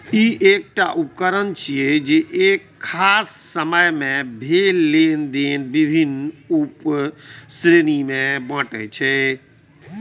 ई एकटा उकरण छियै, जे एक खास समय मे भेल लेनेदेन विभिन्न उप श्रेणी मे बांटै छै